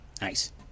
nice